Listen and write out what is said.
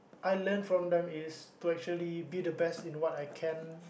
I learn from them is to actually be the best in what I can